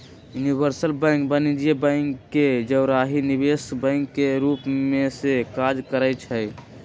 universal bank वाणिज्यिक bank के जौरही निवेश बैंक के रूप में सेहो काज करइ छै